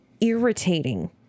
irritating